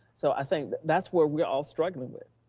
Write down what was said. so i think that's where we're all struggling with.